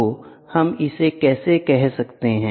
तो हम इसे कैसे कर सकते हैं